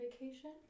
vacation